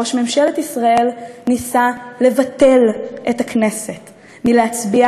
ראש ממשלת ישראל ניסה לבטל את הכנסת מלהצביע